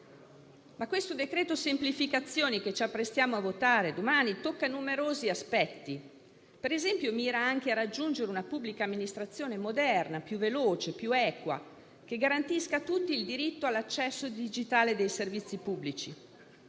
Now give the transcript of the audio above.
tutta. Il decreto semplificazioni che ci apprestiamo a votare domani tocca numerosi aspetti: mira a raggiungere una pubblica amministrazione moderna, più veloce ed equa, che garantisca a tutti il diritto all'accesso digitale dei servizi pubblici.